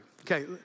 Okay